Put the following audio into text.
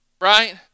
right